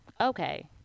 okay